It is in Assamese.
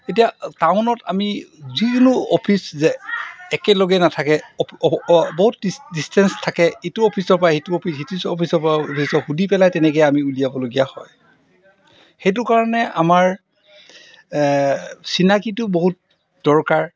এতিয়া টাউনত আমি যিকোনো অফিচ যে একেলগে নাথাকে বহুত ডিষ্টেন্স থাকে ইটো অফিচৰপৰা সিটো অফিচ সিটো অফিচৰপৰা অফিচৰ সুধি পেলাই তেনেকৈয়ে আমি উলিয়াবলগীয়া হয় সেইটো কাৰণে আমাৰ চিনাকিটো বহুত দৰকাৰ